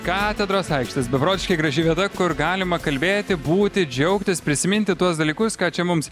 katedros aikštės beprotiškai graži vieta kur galima kalbėti būti džiaugtis prisiminti tuos dalykus ką čia mums